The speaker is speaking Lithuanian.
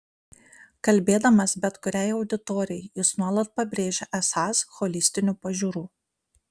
kalbėdamas bet kuriai auditorijai jis nuolat pabrėžia esąs holistinių pažiūrų